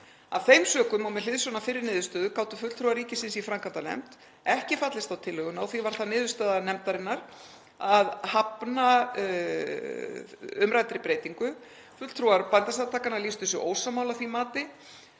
Af þeim sökum og með hliðsjón af fyrri niðurstöðu gátu fulltrúar ríkisins í framkvæmdanefnd ekki fallist á tillöguna og því varð það niðurstaða nefndarinnar að hafna umræddri breytingu. Fulltrúar Bændasamtakanna lýstu sig ósammála því mati